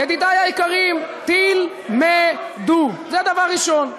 ידידי היקרים, תלמדו, זה דבר ראשון.